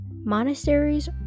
Monasteries